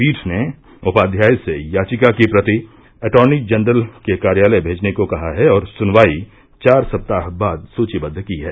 पीठ ने उपाध्याय से याचिका की प्रति अटॉर्नी जनरल के कार्यालय भेजने को कहा है और सुनवाई चार सप्ताह बाद सूचीबद्व की है